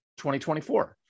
2024